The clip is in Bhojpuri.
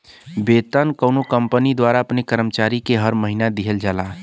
वेतन कउनो कंपनी द्वारा अपने कर्मचारी के हर महीना दिहल जाला